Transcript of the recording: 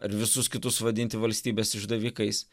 ar visus kitus vadinti valstybės išdavikais